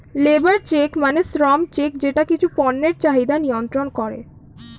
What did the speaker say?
labour check মানে শ্রম check যেটা কিছু পণ্যের চাহিদা নিয়ন্ত্রন করে